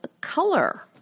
color